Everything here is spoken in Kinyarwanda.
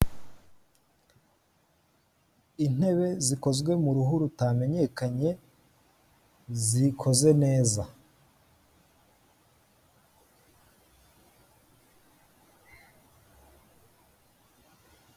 Amacupa maremare azwi nka nili ari hamwe ari iruhande rw'igipfunyika kirimo igipapuro cya kake, biteretse ahantu hameze nk'akabati.